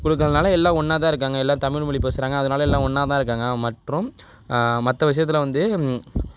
குழுக்கள்னால எல்லாம் ஒன்னா தான் இருக்காங்க எல்லாம் தமிழ்மொழி பேசுறாங்க அதனால எல்லாம் ஒன்னா தான் இருக்காங்க மற்றும் மற்ற விஷயத்தில் வந்து